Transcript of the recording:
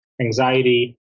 anxiety